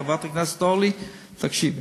חברת הכנסת אורלי, תקשיבי.